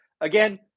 again